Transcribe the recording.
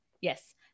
Yes